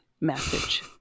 message